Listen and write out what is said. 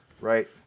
Right